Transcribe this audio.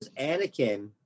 Anakin